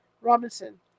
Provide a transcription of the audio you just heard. Robinson